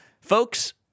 folks